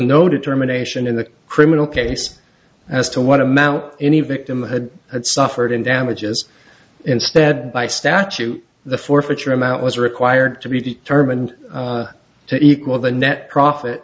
no determination in the criminal case as to what amount any victim hood had suffered in damages instead by statute the forfeiture amount was required to be determined to equal the net profit